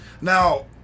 Now